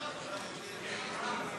גם הפארסה הזאת לא מיועדת לחברי כנסת.